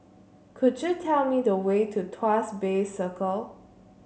could you tell me the way to Tuas Bay Circle